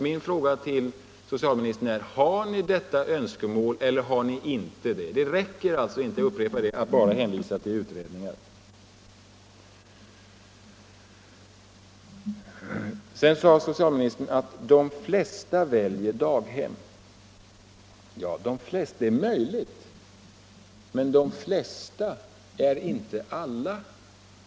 Min fråga till socialministern är: Har ni detta önskemål eller har ni det inte? Det räcker inte, jag upprepar det, att hänvisa till utredningar. Sedan sade socialministern att de flesta väljer daghem. Det är möjligt. Men de flesta är inte alla!